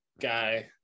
guy